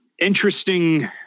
Interesting